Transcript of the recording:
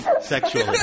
sexually